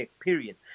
Period